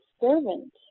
servant